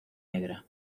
negra